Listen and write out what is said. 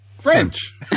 French